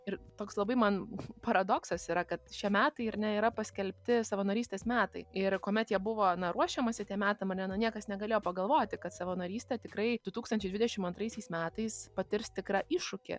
ir toks labai man paradoksas yra kad šie metai ir ne yra paskelbti savanorystės metai ir kuomet jie buvo na ruošiamasi tiem metam ane na niekas negalėjo pagalvoti kad savanorystė tikrai du tūkstančiai dvidešim antraisiais metais patirs tikrą iššūkį